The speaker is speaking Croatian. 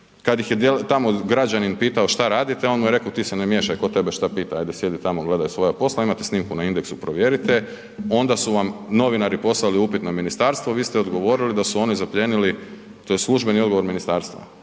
Kad ih je tamo građanin pitao šta radite, on mu je rekao „ti se ne miješaj, ko tebe šta pita, ajde sjedi tamo, gledaj svoja posla“, imate snimku na Indexu, provjerite, onda su vam novinari poslali upit na ministarstvo, vi ste odgovorili da su oni zaplijenili, to je službeni odgovor, da su